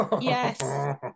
Yes